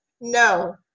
no